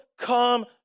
come